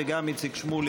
וגם איציק שמולי,